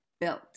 built